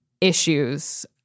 issues